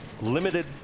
limited